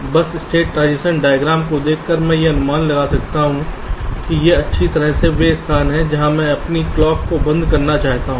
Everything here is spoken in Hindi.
बस स्टेट ट्रांजीशन डायग्राम को देखकर मैं यह अनुमान लगा सकता हूं कि ये अच्छी तरह से वे स्थान हैं जहां मैं अपनी क्लॉक बंद करना चाहता हूं